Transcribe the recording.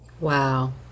Wow